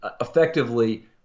effectively